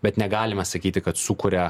bet negalima sakyti kad sukuria